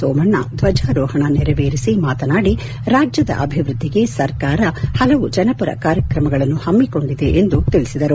ಸೋಮಣ್ಣ ಧ್ವಜಾರೋಪಣ ನೆರವೇರಿಸಿ ಮಾತನಾಡಿ ರಾಜ್ಯದ ಅಭಿವ್ಯದ್ದಿಗೆ ಸರ್ಕಾರ ಪಲವು ಜನಪರ ಕಾರ್ಯಕ್ರಮಗಳನ್ನು ಪಮ್ಮಿಕೊಂಡಿದೆ ಎಂದು ತಿಳಿಸಿದರು